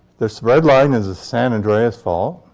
this red line is the san andreas fault.